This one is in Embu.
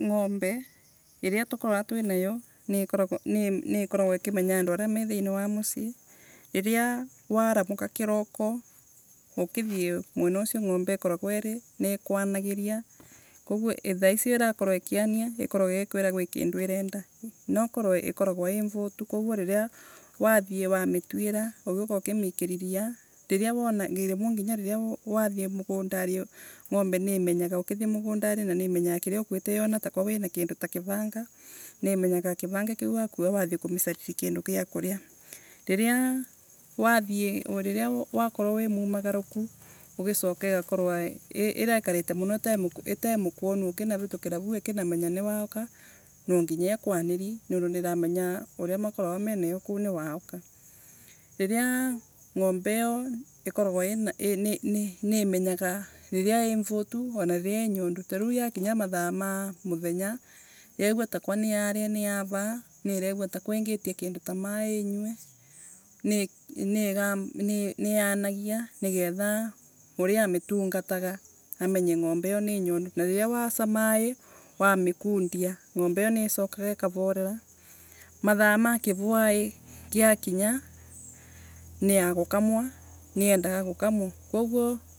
ng’ombe, riria tukoragwwa twirayo nikoragwa tumenya andu aria irie thiini wa mucii. riria waramuka kirauko, ukithie mwena ucio ng’ombe ikoragwa iri ngombe niikwanagiria, koguo riria ikaragwa ikiania irakwira gwi kindu. Irakorwa ikienda nokorwe ikoragwa ii mvutu. Koguo riria wathie wa riria wathie wathie wamitutwuira, ugiuka ukimikiria ria, riria wana. riria nginya wana, riria nginya wathie mugundari, ng’ombe niimenyaga ukithie mugundari, ngombe niimenyaga ukithie mugundari, yana takwa wina kindu ta kivanga niimenyaga kivanga kiu wakua wathie kumicarira kindu gia kuria. Riria wathie riria wakorwo wi mumagaruku igakorwo irekarite munoitaimukwonu ukinavitukira vau ikinamenya niwauka, nwanginya ikwanirie nondu niiramenya uria mukoragwa mwinayo kuu niwauka. Riria ng’ombe iyo ikoragwa ina nii koragwa ina riria ii mvutu tariu ta kinya mathaa ma muthenya yegua takwa naira niyavaa niiregua takwa ingilia kindu ta maii inywe nianagia nigetha uria amitungataga amenye ng’mbe iyo ni nyondu. Riria woca maii wamikundia ng’ombe iyo nicokaga ikavorera. Mathaa ma kivwaii ria kinya, niagukamwa niendaga gukamwa koguo